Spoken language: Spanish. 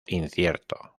incierto